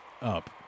up